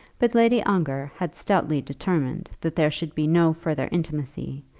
but lady ongar had stoutly determined that there should be no further intimacy,